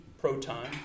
proton